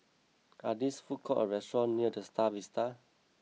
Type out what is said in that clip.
are these food courts or restaurants near the Star Vista